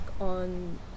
on